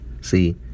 See